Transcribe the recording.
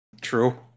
True